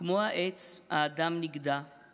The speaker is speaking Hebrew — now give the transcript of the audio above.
כמו העץ האדם נגדע /